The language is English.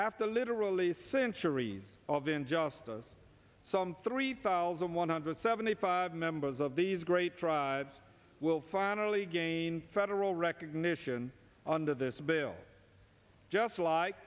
after literally centuries of injustice some three thousand one hundred seventy five members of these great tribes will finally gain federal recognition under this bill just like